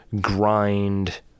grind